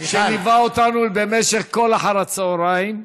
שליווה אותנו במשך כל אחר-הצהריים.